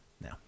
Now